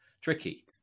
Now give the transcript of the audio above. tricky